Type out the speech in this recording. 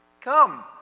Come